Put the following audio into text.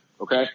Okay